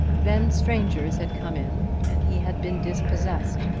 then strangers had come in, and he had been dispossessed.